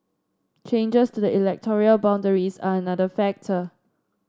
changes to the electoral boundaries are another factor